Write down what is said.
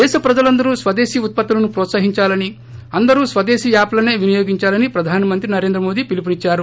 దేశ ప్రజలందరూ స్వదేశీ ఉత్పత్తులను ప్రోత్సహిందాలని అందరూ స్వదేశీ యాప్లనే వినియోగిందాలని ప్రధానమంత్రి నరేంద్ర మోదీ పిలుపునిద్చారు